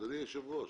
אדוני היושב-ראש,